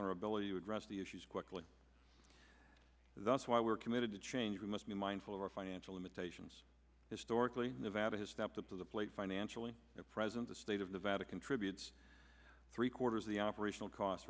on our ability to address the issues quickly that's why we are committed to change we must be mindful of our financial limitations historically nevada has stepped up to the plate financially at present the state of nevada contributes three quarters of the operational costs